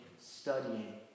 studying